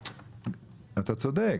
אתה צודק.